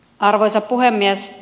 arvoisa puhemies